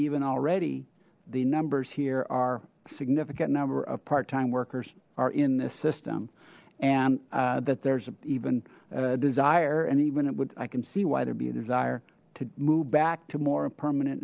even already the numbers here are significant number of part time workers are in this system and that there's even desire and even it would i can see why there be a desire to move back to more permanent